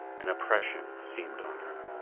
an oppression seemed on her.